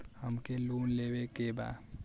हमके लोन लेवे के बा?